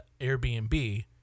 Airbnb